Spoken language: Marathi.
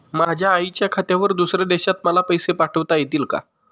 माझ्या आईच्या खात्यावर दुसऱ्या देशात मला पैसे पाठविता येतील का?